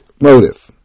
motive